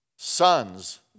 Sons